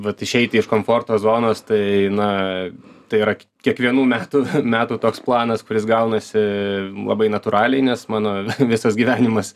vat išeiti iš komforto zonos tai na tai yra k kiekvienų metų metų toks planas kuris gaunasi labai natūraliai nes mano visas gyvenimas